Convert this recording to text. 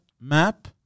map